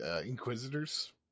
inquisitors